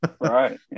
right